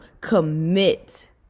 commit